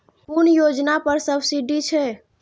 कुन योजना पर सब्सिडी छै?